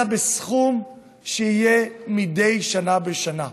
אלא בסכום שיהיה מדי שנה בשנה.